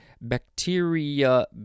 bacteria